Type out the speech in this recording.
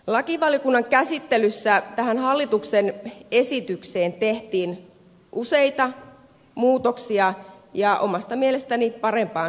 lakivaliokunnan käsittelyssä tähän hallituksen esitykseen tehtiin useita muutoksia ja omasta mielestäni parempaan suuntaan